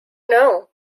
know